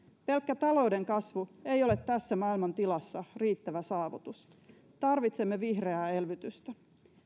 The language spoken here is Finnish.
pelkkä talouden kasvu ei ole tässä maailmantilassa riittävä saavutus tarvitsemme vihreää elvytystä